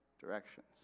directions